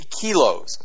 kilos